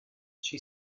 she